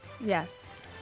Yes